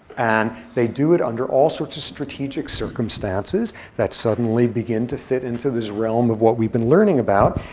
and they do it under all sorts of strategic circumstances that suddenly begin to fit into this realm of what we've been learning about.